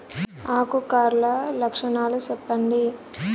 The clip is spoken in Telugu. ఆకు కర్ల లక్షణాలు సెప్పండి